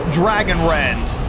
dragonrend